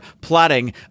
plotting